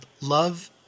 Love